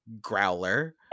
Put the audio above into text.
Growler